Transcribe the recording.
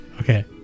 Okay